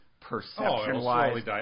perception-wise